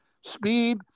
Speed